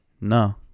No